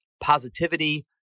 Positivity